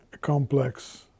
complex